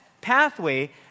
pathway